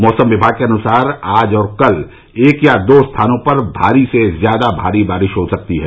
मौसम विभाग के अनुसार आज और कल एक या दो स्थानों पर भारी से ज्यादा भारी बारिश भी हो सकती है